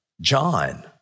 John